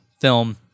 film